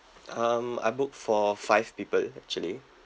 um I book for five people actually